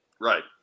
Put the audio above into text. Right